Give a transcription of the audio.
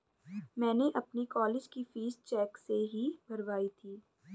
मैंने अपनी कॉलेज की फीस चेक से ही भरवाई थी